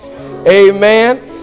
amen